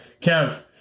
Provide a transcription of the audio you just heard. Kev